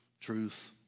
truth